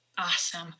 Awesome